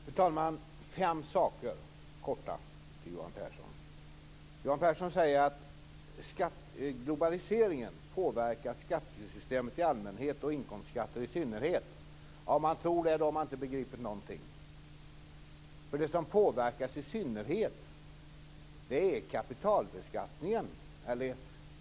Fru talman! Jag vill säga fem korta saker till Johan Pehrson. För det första: Johan Pehrson säger att globaliseringen påverkar skattesystemet i allmänheten och inkomstskatter i synnerhet. Om man tror det har man inte begripit någonting. Det som påverkas i synnerhet är kapitalbeskattningen.